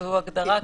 זו הגדרה קלינית,